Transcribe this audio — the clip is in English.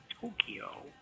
Tokyo